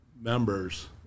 members